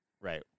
Right